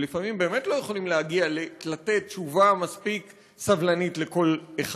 ולפעמים באמת לא יכולים להגיע ולתת תשובה מספיק סבלנית לכל אחד,